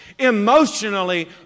emotionally